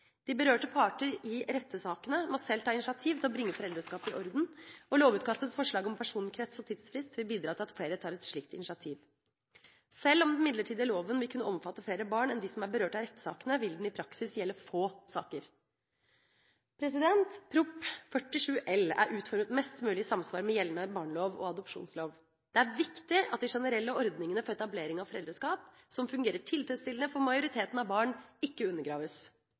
De berørte parter i «rettesakene» må sjøl ta initiativ til å bringe foreldreskapet i orden, og lovutkastets forslag om personkrets og tidsfrist vil bidra til at flere tar et slikt initiativ. Sjøl om den midlertidige loven vil kunne omfatte flere barn enn dem som er berørt av «rettesakene», vil den i praksis gjelde få saker. Prop. 47 L er utformet mest mulig i samsvar med gjeldende barnelov og adopsjonslov. Det er viktig at de generelle ordningene for etablering av foreldreskap, som fungerer tilfredsstillende for majoriteten av barn, ikke undergraves.